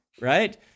right